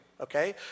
okay